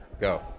Go